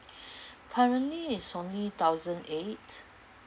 currently is only thousand eight